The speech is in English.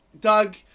Doug